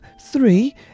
three